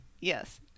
Yes